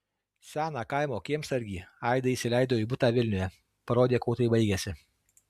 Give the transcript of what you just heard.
seną kaimo kiemsargį aida įsileido į butą vilniuje parodė kuo tai baigėsi